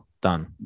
done